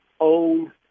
own